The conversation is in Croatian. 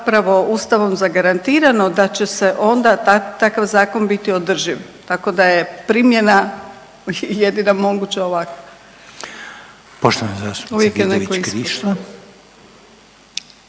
ustavom zagarantirano da će se onda takav zakon biti održiv, tako da je primjena jedina moguća ovakva, uvijek je neko ispod